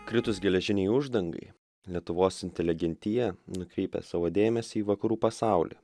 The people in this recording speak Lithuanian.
kritus geležinei uždangai lietuvos inteligentija nukreipė savo dėmesį į vakarų pasaulį